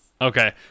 Okay